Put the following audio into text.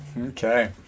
okay